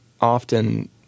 often